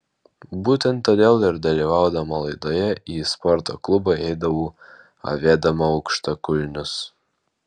būtent todėl ir dalyvaudama laidoje į sporto klubą eidavau avėdama aukštakulnius